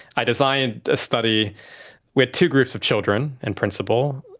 i designed a study where two groups of children, in principle,